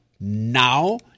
now